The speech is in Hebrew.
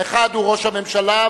האחד הוא ראש הממשלה,